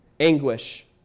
anguish